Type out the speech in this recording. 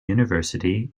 university